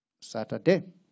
Saturday